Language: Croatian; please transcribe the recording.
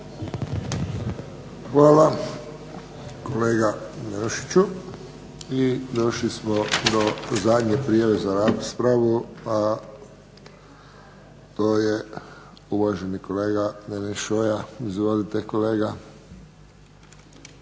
Hvala kolega Jelušiću. I došli smo do zadnje prijave za raspravu, a to je uvaženi kolega Deneš Šoja. Izvolite kolega.